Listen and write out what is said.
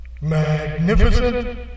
Magnificent